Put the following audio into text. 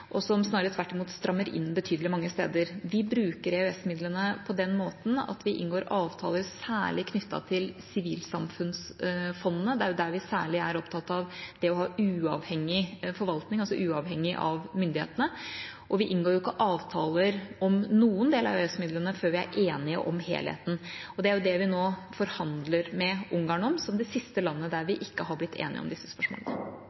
og som snarere tvert imot strammer inn betydelig mange steder. Vi bruker EØS-midlene på den måten at vi inngår avtaler særlig knyttet til sivilsamfunnsfondene. Det er der vi særlig er opptatt av det å ha uavhengig forvaltning, altså uavhengig av myndighetene. Vi inngår ikke avtaler om noen del av EØS-midlene før vi er enige om helheten. Det er det vi nå forhandler med Ungarn om, som er det siste landet vi ikke har blitt enig med om disse spørsmålene.